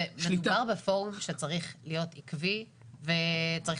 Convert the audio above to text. מדובר בפורום שצריך להיות עקבי וצריך